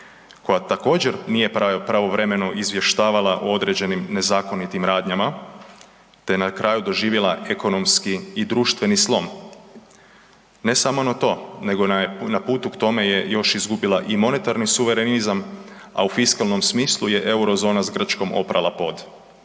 koja također nije pravovremeno izvještavala o određenim nezakonitim radnjama te na kraju je doživjela ekonomski i društveni slom. Ne samo na to, nego je na putu k tome još izgubila i monetarni suverenizam, a u fiskalnom smislu je Eurozona s Grčkom oprala pod